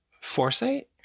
foresight